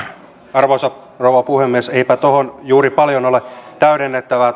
arvoisa rouva puhemies eipä tuohon pääministerin vastaukseen juuri paljon ole täydennettävää